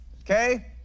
okay